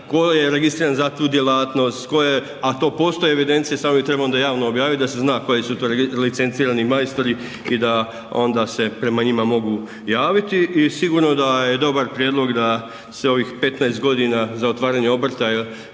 tko je registriran za tu djelatnost, tko je, a to postoje te evidencije, samo bi trebalo onda javno objaviti da se zna koji su to licencirani majstori i da onda se prema njima mogu javiti. I sigurno da je dobar prijedlog da se ovih 15 godina za otvaranje obrta